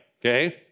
okay